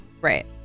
Right